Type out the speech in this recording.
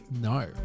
No